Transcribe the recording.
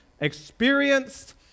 experienced